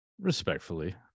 Respectfully